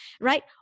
right